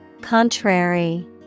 Contrary